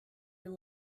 you